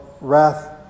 wrath